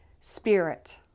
Spirit